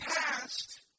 past